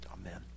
Amen